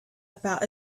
about